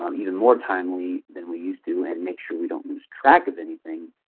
um even more timely than we used to, and make sure we don't lose track of anything,